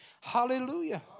Hallelujah